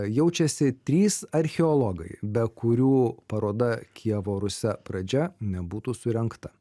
jaučiasi trys archeologai be kurių paroda kijevo rusia pradžia nebūtų surengta